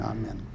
Amen